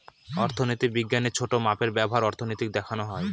অর্থনীতি বিজ্ঞানের ছোটো মাপে ব্যবহার অর্থনীতি দেখানো হয়